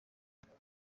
bwenge